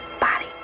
body